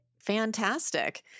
fantastic